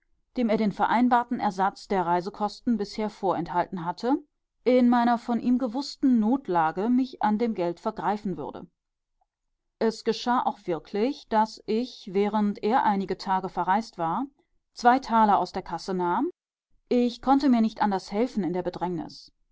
dem er den vereinbarten ersatz der reisekosten bisher vorenthalten hatte in meiner von ihm gewußten notlage mich an dem geld vergreifen würde es geschah auch wirklich daß ich während er einige tage verreist war zwei taler aus der kasse nahm ich konnte mir nicht anders helfen in der bedrängnis